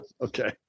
Okay